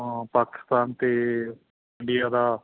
ਪਾਕਿਸਤਾਨ ਅਤੇ ਇੰਡੀਆ ਦਾ